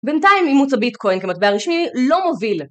בינתיים אימוץ הביטקוין כמטבע רשמי לא מוביל...